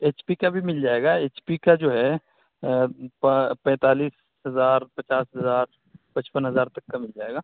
H پی کا بھی مل جائے گا ایچ پی کا جو ہے پینتالیس ہزار پچاس ہزار پچپن ہزار تک کا مل جائے گا